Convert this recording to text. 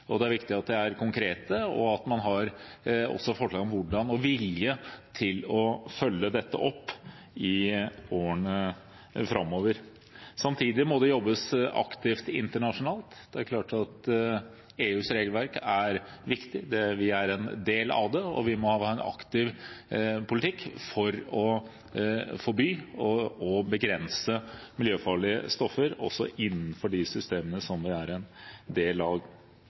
Det er viktig at planene er konkrete, og at man har forslag til hvordan man skal – og vilje til å – følge dette opp i årene framover. Samtidig må det jobbes aktivt internasjonalt. Det er klart at EUs regelverk er viktig, vi er en del av det, og vi må ha en aktiv politikk for å forby og begrense miljøfarlige stoffer også innenfor de systemene som vi er en del